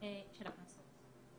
של הקנסות.